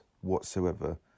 whatsoever